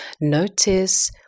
notice